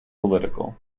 political